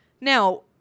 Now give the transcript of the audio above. Now